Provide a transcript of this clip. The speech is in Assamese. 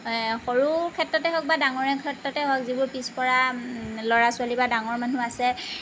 সৰু ক্ষেত্ৰতে হওক বা ডাঙৰে ক্ষেত্ৰতে হওক যিবোৰ পিছপৰা ল'ৰা ছোৱালী বা ডাঙৰ মানুহ আছে